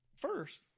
First